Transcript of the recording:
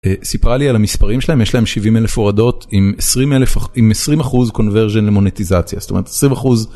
סיפרה לי על המספרים שלהם יש להם 70,000 הורדות עם 20% convertion למונטיזציה זאת אומרת 10%.